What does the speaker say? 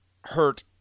hurt